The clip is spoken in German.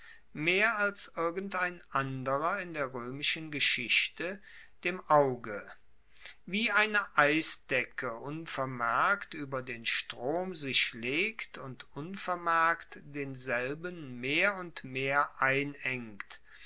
mehr als irgendein anderer in der roemischen geschichte dem auge wie eine eisdecke unvermerkt ueber den strom sich legt und unvermerkt denselben mehr und mehr einengt